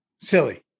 silly